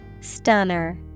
Stunner